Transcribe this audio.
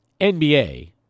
nba